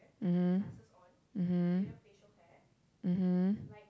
mmhmm mmhmm mmhmm